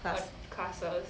class